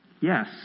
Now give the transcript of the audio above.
yes